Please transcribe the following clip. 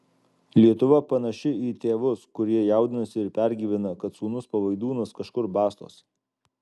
lietuva panaši į tėvus kurie jaudinasi ir pergyvena kad sūnus palaidūnas kažkur bastosi